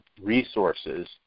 resources